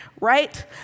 right